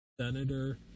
Senator